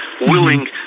willing